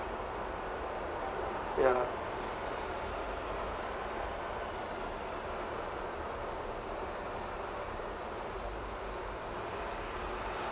ya